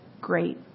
great